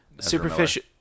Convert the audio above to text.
superficial